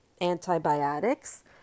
antibiotics